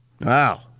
Wow